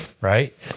right